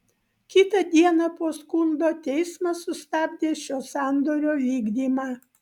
kitą dieną po skundo teismas sustabdė šio sandorio vykdymą